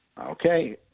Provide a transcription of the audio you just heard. Okay